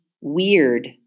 weird